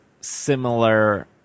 similar